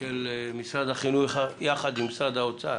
של משרד החינוך יחד עם משרד האוצר,